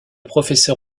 professeur